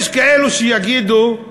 יש כאלה שיגידו,